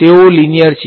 તેઓ લીનીયર છે